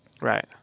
Right